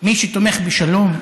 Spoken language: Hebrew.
מי שתומך בשלום,